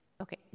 Okay